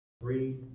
three